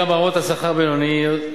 גם ברמות שכר בינוניות,